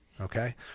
Okay